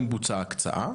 טרם בוצעה ההקצאה,